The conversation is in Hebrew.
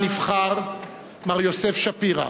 מר יוסף שפירא.